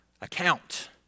account